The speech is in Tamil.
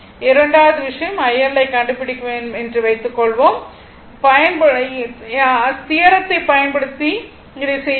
இரண்டாவது விஷயம் IL ஐக் கண்டுபிடிக்க வேண்டும் என்று வைத்துக்கொள்வோம் தியரத்தை பயன்படுத்தி இதை செய்வோம்